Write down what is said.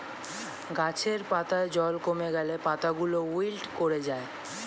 গাছের পাতায় জল কমে গেলে পাতাগুলো উইল্ট করে যায়